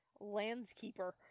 landskeeper